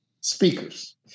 speakers